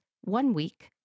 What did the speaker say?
one-week